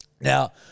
Now